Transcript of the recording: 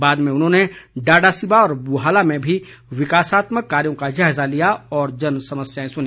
बाद में उन्होने डाडासिबा व बुहाला में भी विकासात्मक कार्यो का जायजा लिया और जनसमस्याएं सुनी